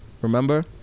remember